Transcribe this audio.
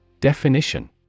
Definition